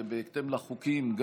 ובהתאם לחוקים,